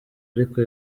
ariko